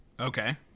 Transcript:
Okay